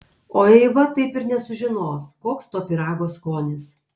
o eiva taip ir nesužinos koks to pyrago skonis